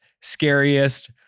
scariest